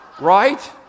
right